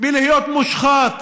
מלהיות מושחת